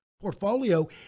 portfolio